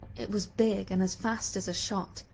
it was big and as fast as a shot,